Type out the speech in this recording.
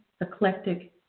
eclectic